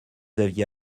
aviez